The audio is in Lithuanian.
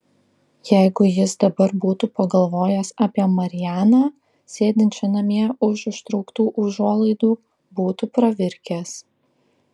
jeigu jis dabar būtų pagalvojęs apie marianą sėdinčią namie už užtrauktų užuolaidų būtų pravirkęs